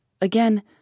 Again